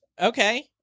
Okay